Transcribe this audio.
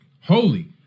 Holy